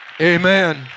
Amen